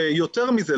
ויותר מזה,